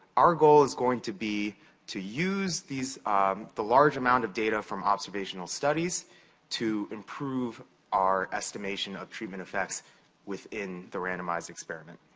our goal is going to be to use the large amount of data from observational studies to improve our estimation of treatment effects within the randomized experiment.